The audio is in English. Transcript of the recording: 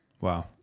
Wow